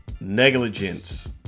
Negligence